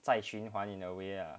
在循环 in a way